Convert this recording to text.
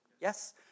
Yes